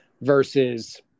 versus